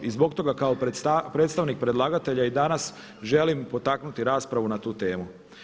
I zbog toga kao predstavnik predlagatelja i danas želim potaknuti raspravu na tu temu.